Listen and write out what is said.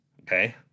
Okay